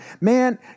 man